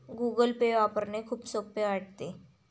Google Pay वापरणे खूप सोपे वाटते